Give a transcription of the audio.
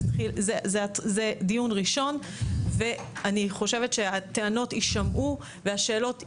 זה דיון ראשון ואני חושבת שהטענות יישמעו והשאלות יישאלו.